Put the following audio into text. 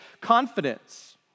confidence